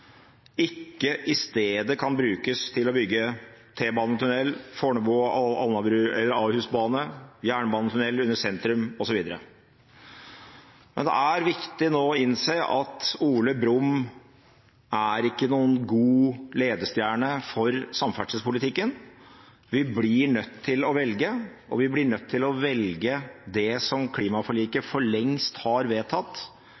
trafikantene, i stedet kan brukes til å bygge T-banetunnel, Fornebubanen, Ahusbanen, jernbanetunnel under sentrum osv. Det er viktig nå å innse at Ole Brumm ikke er noen god ledestjerne for samferdselspolitikken. Vi blir nødt til å velge, og vi blir nødt til å velge det som klimaforliket for lengst har vedtatt: